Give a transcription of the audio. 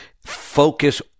Focus